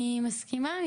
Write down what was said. אני מסכימה.